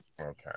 Okay